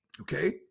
Okay